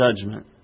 judgment